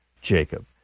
Jacob